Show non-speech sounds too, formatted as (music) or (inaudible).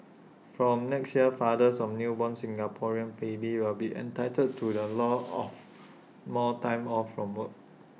(noise) from next year fathers of newborn Singaporean babies will be entitled to the law of more time off from work